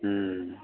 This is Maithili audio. हूँ